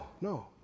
no